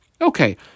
Okay